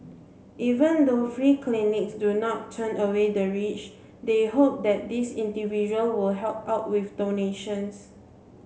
even though free clinics do not turn away the rich they hope that these individual would help out with donations